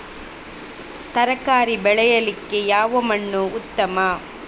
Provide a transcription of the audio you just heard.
ತರಕಾರಿ ಬೆಳೆಯಲಿಕ್ಕೆ ಯಾವ ಮಣ್ಣು ಉತ್ತಮ?